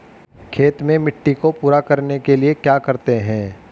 खेत में मिट्टी को पूरा करने के लिए क्या करते हैं?